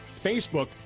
Facebook